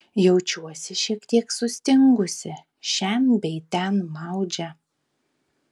jaučiuosi šiek tiek sustingusi šen bei ten maudžia